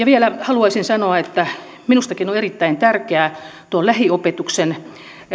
vielä haluaisin sanoa että minustakin on erittäin tärkeää lähiopetuksen